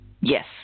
Yes